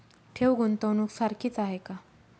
ठेव, गुंतवणूक सारखीच आहे का?